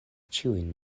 ĉiujn